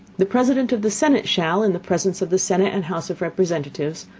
the president of the senate shall, in the presence of the senate and house of representatives,